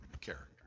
character